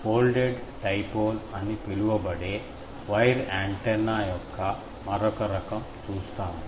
folded dipole అని పిలువబడే wire antenna యొక్క మరొక రకం చూస్తాము